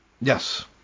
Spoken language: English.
Yes